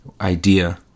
idea